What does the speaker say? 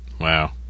Wow